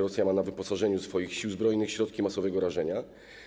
Rosja ma na wyposażeniu swoich sił zbrojnych środki masowego rażenia,